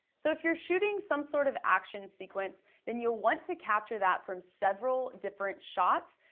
so if you're shooting some sort of action sequence, then you'll want to capture that from several different shots,